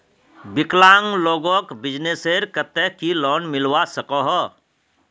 विकलांग लोगोक बिजनेसर केते की लोन मिलवा सकोहो?